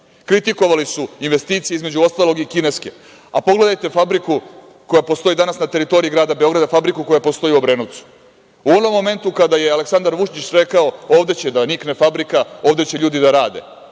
Kritikovali su investicije, između ostalog i kineske. Pogledajte fabriku koja postoji danas na teritoriji grada Beograda, fabriku koja postoji u Obrenovcu. U onom momentu kada je Aleksandar Vučić rekao – ovde će da nikne fabrika, ovde će ljudi da rade